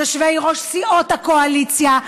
יושבי-ראש סיעות הקואליציה,